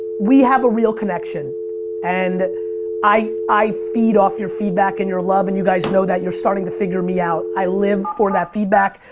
we have a real connection and i i feed off your feedback and love and you guys know that. you're starting to figure me out. i live for that feedback,